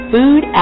Food